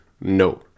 no